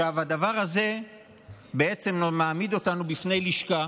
הדבר הזה מעמיד אותנו בפני לשכה